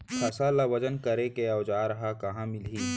फसल ला वजन करे के औज़ार हा कहाँ मिलही?